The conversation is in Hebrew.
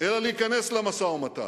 אלא להיכנס למשא-ומתן,